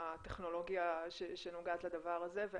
הטכנולוגיה שנוגעת לדבר הזה.